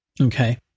okay